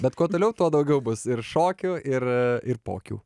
bet kuo toliau tuo daugiau bus ir šokių ir ir pokių